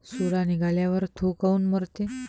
सोला निघाल्यावर थो काऊन मरते?